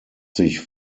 sich